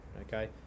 okay